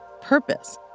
purpose